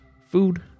food